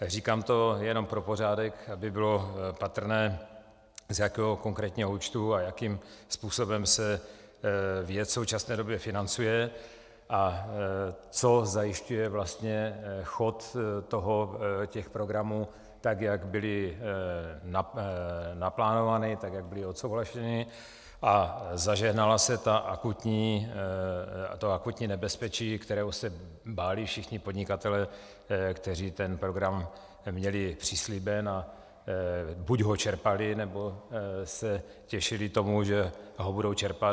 Říkám to jenom pro pořádek, aby bylo patrné, z jakého konkrétního účtu a jakým způsobem se věc v současné době financuje a co zajišťuje vlastně chod těch programů, tak jak byly naplánovány, tak jak byly odsouhlaseny, a zažehnalo se ta akutní nebezpečí, kterého se báli všichni podnikatelé, kteří ten program měli přislíben a buď ho čerpali, nebo se těšili tomu, že budou čerpat.